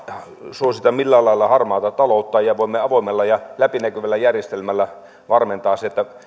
suosittaisiin jollain lailla harmaata taloutta ja että voimme avoimella ja läpinäkyvällä järjestelmällä varmentaa